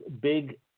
Big